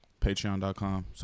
patreon.com